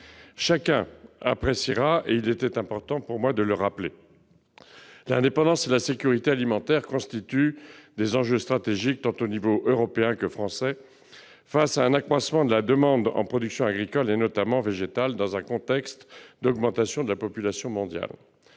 Chacun appréciera ; il était important à mes yeux de le rappeler. L'indépendance et la sécurité alimentaire constituent des enjeux stratégiques aux échelons tant européen que français face à un accroissement de la demande en production agricole et, notamment, végétale, dans un contexte d'augmentation de la population mondiale.